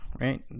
right